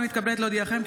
אני מתכבדת להודיעכם,